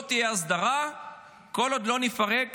לא תהיה הסדרה כל עוד לא נפרק